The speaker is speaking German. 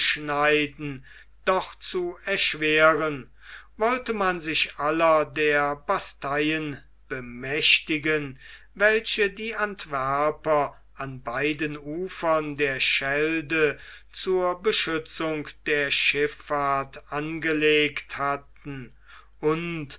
abzuschneiden doch zu erschweren wollte man sich aller der basteien bemächtigen welche die antwerper an beiden ufern der schelde zur beschützung der schifffahrt angelegt hatten und